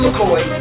McCoy